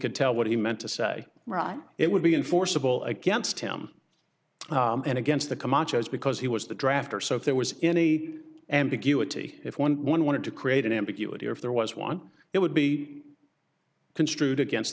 could tell what he meant to say ron it would be enforceable against him and against the camacho's because he was the drafter so if there was any ambiguity if one one wanted to create an ambiguity or if there was one it would be construed against